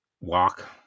walk